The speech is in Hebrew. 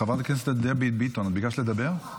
חברת הכנסת דבי ביטון, את ביקשת לדבר?